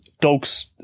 Dogs